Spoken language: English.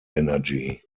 energy